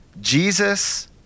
Jesus